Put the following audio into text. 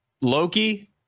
Loki